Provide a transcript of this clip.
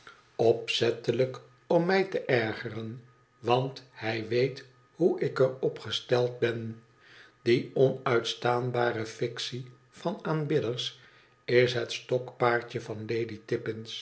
opzettelijk om mij te ergeren want hij weet hoe ik er op gesteld ben die onuitstaanbare fictie van aanbidders is het stokpaardje van lady